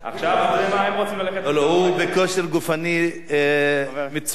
הוא בכושר גופני מצוין, הוא יכול לעלות עוד פעם.